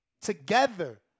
together